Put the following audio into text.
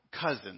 cousin